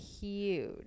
huge